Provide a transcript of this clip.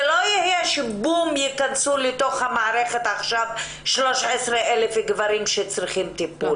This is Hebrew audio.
זה לא יהיה בבום שייכנסו לתוך המערכת 13,000 גברים שצריכים לטיפול.